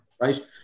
right